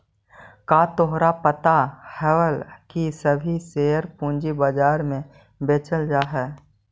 का तोहरा पता हवअ की सभी शेयर पूंजी बाजार में बेचल जा हई